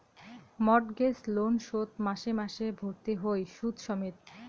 mortgage loan শোধ মাসে মাসে ভরতে হই শুধ সমেত